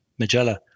Magella